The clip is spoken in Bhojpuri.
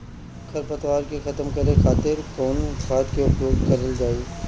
खर पतवार के खतम करे खातिर कवन खाद के उपयोग करल जाई?